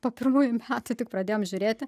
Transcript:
po pirmųjų metų tik pradėjom žiūrėti